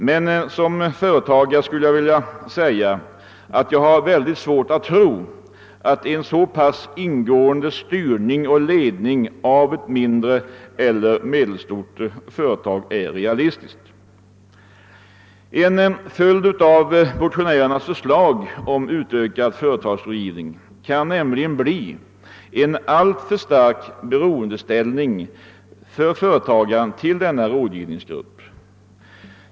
Men som företagare har jag svårt att tro att en så ingående styrning och ledning av ett mindre eller medelstort företag är realistisk. En följd av motionärernas förslag om ökad företagsrådgivning kan nämligen bli en alltför stark beroendeställning för företagaren till denna rådgivningsgrupp.